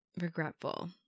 regretful